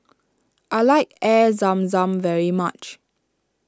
I like Air Zam Zam very much